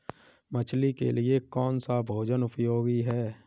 मछली के लिए कौन सा भोजन उपयोगी है?